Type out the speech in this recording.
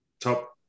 top